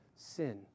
sin